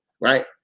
right